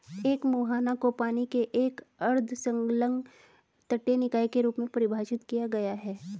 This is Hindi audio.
एक मुहाना को पानी के एक अर्ध संलग्न तटीय निकाय के रूप में परिभाषित किया गया है